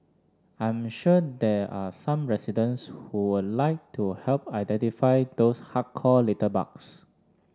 I'm sure there are some residents who would like to help identify those hardcore litterbugs